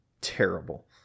terrible